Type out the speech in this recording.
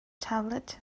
tablet